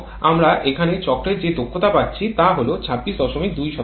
এবং আমরা এখানে চক্রের যে দক্ষতা পাচ্ছি তা হল ২৬২